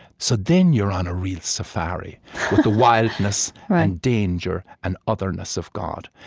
so then you are on a real safari with the wildness and danger and otherness of god.